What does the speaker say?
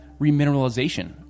remineralization